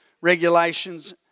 regulations